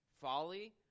Folly